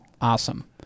Awesome